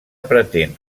pretén